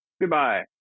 goodbye